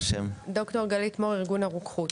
ד"ר גלית מור, ארגון הרוקחות.